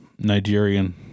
Nigerian